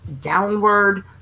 downward